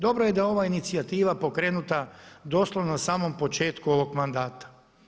Dobro je da je ova inicijativa pokrenuta doslovno na samom početku ovog mandata.